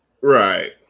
Right